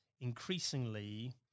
increasingly